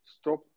stop